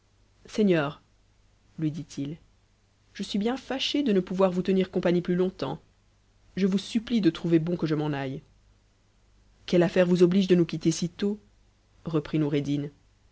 seigneur lui dit-il je suis bien fâché de ne pouvoir vous tenir compagnie plus longtemps je vous supplie de trouver bon que je n aitte queue affaire vous oblige de nous quitter si tôt reprit oureddin